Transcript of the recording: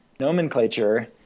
nomenclature